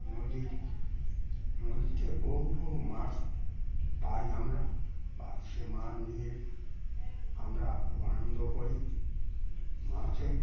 নদীর নদীতে বহু বহু মাছ পাই আমরা বা সে মাছ নিয়ে আমরা খুব আনন্দ করি মাছে